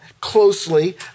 closely